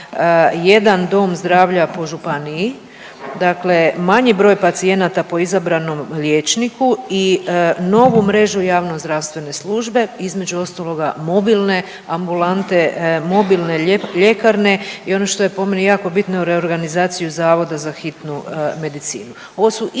jedan dom zdravlja po županiji, dakle manji broj pacijenata po izabranom liječniku i novu mrežu javnozdravstvene službe. Između ostaloga mobilne ambulante, mobilne ljekarne i ono što je po meni jako bitno reorganizaciju zavoda za hitnu medicinu.